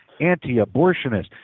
anti-abortionist